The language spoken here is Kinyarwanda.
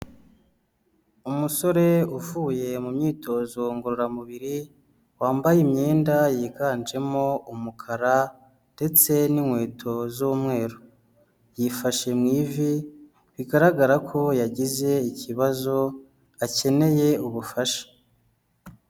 Umusore uvuye mu myitozo ngororamubiri, wambaye imyenda yiganjemo umukara ndetse n'inkweto z'umweru, yifashe mu ivi bigaragara ko yagize ikibazo akeneye ubufasha.